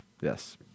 Yes